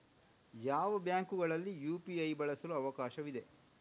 ಯಾವ ಬ್ಯಾಂಕುಗಳಲ್ಲಿ ಯು.ಪಿ.ಐ ಬಳಸಲು ಅವಕಾಶವಿದೆ?